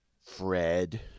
Fred